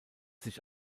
sich